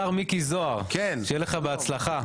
השר מיקי זוהר, שיהיה לך בהצלחה.